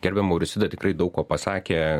gerbiama auristida tikrai daug ko pasakė